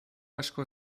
asko